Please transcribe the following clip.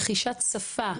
רכישת שפה,